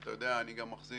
ואתה יודע, אני גם מחזיק